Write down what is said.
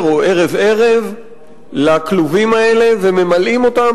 או ערב-ערב לכלובים האלה וממלאים אותם